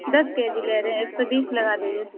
دس K G لے رہے ہیں ایک سو بیس لگا دیجیے